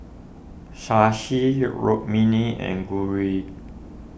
Shashi Rukmini and Gauri